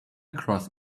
across